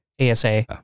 ASA